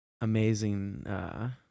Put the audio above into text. amazing